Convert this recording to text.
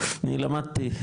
אני למדתי,